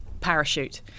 parachute